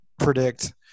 predict